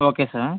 okay sir